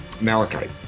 Malachite